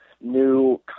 new